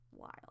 wild